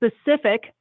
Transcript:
Specific